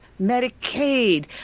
Medicaid